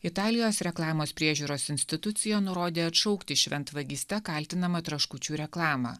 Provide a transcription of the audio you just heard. italijos reklamos priežiūros institucija nurodė atšaukti šventvagyste kaltinamą traškučių reklamą